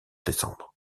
décembre